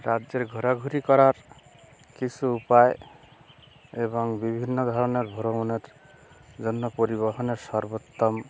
রাজ্যে ঘোরাঘুরি করার কিছু উপায় এবং বিভিন্ন ধরনের ভ্রমণের জন্য পরিবহনের সর্বোত্তম